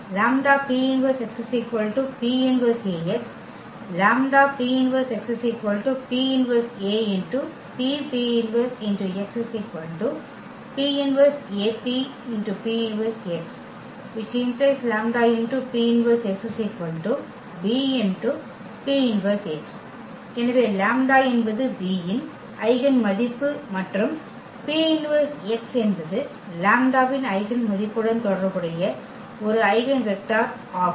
λ x Ax ⇒ λP−1x P−1Ax ⇒ λP−1x P−1APP−1x P−1APP−1x ⇒λP−1x BP−1x எனவே λ என்பது B இன் eigen மதிப்பு மற்றும் P−1x என்பது λ இன் ஐகென் மதிப்புடன் தொடர்புடைய ஒரு ஐகென் வெக்டர் ஆகும்